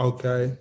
Okay